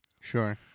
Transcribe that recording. Sure